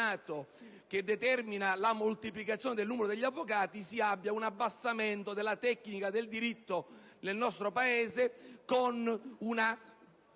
che determina la moltiplicazione del numero degli avvocati, si abbia un abbassamento della tecnica del diritto nel nostro Paese, con una